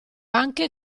anche